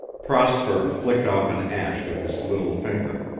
prosper flicked off an ash with his little finger.